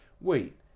wait